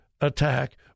attack